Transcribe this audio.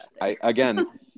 again